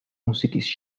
მუსიკის